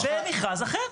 במכרז אחר.